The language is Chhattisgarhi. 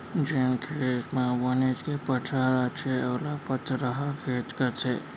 जेन खेत म बनेच के पथरा रथे ओला पथरहा खेत कथें